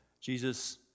Jesus